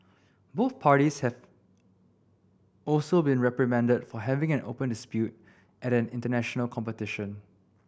both parties have also been reprimanded for having an open dispute at an international competition